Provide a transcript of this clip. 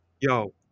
Yo